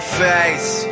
face